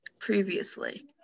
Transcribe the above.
previously